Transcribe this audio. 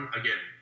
again